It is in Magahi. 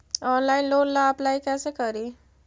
ऑनलाइन लोन ला अप्लाई कैसे करी?